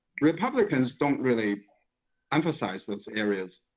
republicans don't really emphasize those areas,